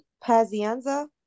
Pazienza